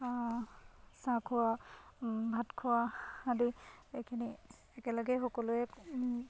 চাহ খোৱা ভাত খোৱা আদি এইখিনি একেলগে সকলোৱে